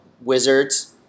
wizards